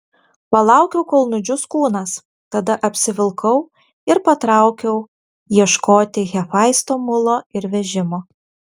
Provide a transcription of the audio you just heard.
palaukiau kol nudžius kūnas tada apsivilkau ir patraukiau ieškoti hefaisto mulo ir vežimo